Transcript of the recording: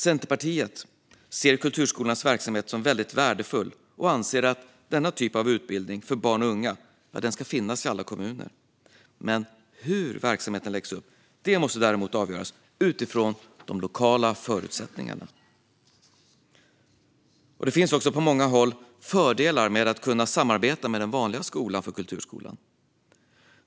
Centerpartiet ser kulturskolornas verksamhet som väldigt värdefull och anser att denna typ av utbildning för barn och unga ska finnas i alla kommuner. Men hur verksamheten läggs upp måste avgöras utifrån de lokala förutsättningarna. Det finns på många håll fördelar för kulturskolan med att kunna samarbeta med den vanliga skolan.